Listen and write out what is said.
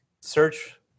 search